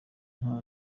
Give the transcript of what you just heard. nta